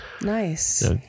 Nice